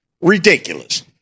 ridiculous